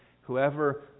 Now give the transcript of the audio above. Whoever